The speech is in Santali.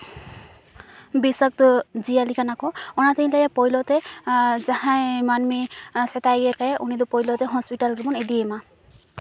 ᱵᱤᱥᱟᱠᱛᱚ ᱡᱤᱭᱟᱹᱞᱤ ᱠᱟᱱᱟ ᱠᱚ ᱚᱱᱟᱛᱮᱧ ᱞᱟᱹᱭᱟ ᱯᱚᱭᱞᱳ ᱛᱮ ᱡᱟᱦᱟᱸᱭ ᱢᱟᱹᱱᱢᱤ ᱥᱮᱛᱟᱭ ᱜᱮᱨ ᱠᱟᱭᱟ ᱩᱱᱤ ᱫᱚ ᱯᱳᱭᱞᱳ ᱦᱚᱥᱯᱤᱴᱟᱞ ᱜᱮᱵᱚᱱ ᱤᱫᱤᱭᱮ ᱢᱟ